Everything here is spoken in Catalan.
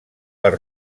per